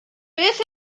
beth